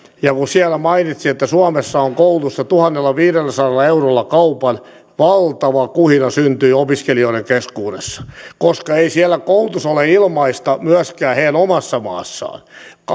ja kun siellä mainitsin että suomessa on koulutusta tuhannellaviidelläsadalla eurolla kaupan valtava kuhina syntyi opiskelijoiden keskuudessa ei siellä koulutus ole ilmaista myöskään heidän omassa maassaan